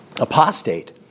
apostate